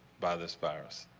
by this virus.